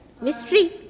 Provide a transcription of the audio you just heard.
Mystery